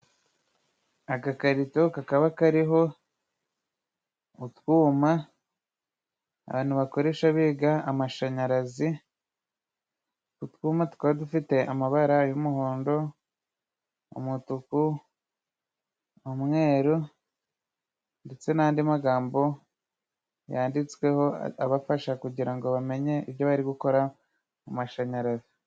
Agakarito kakaba kariho utwuma, abantu bakoresha biga amashanyarazi, utwuma twari dufite amabara, y'umuhondo umutuku umweru, ndetse n'andi magambo yanditsweho, abafasha kugirango bamenye ibyo bari gukora, mumashanyarazi.